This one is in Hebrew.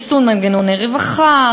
ריסון מנגנוני רווחה,